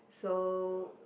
so